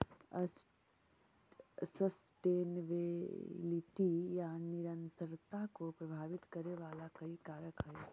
sustainability या निरंतरता को प्रभावित करे वाला कई कारक हई